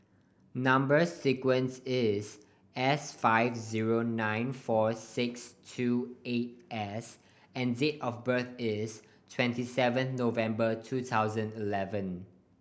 number sequence is S five zero nine four six two eight S and date of birth is twenty seven November two thousand eleven